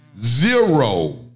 zero